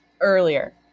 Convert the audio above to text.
earlier